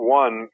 one